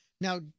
Now